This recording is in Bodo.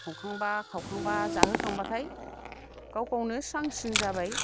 संखांबा खावखांबा जाहोखांबाथाय गावखौनो स्रां स्रिं जाबाय